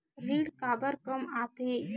ऋण काबर कम आथे?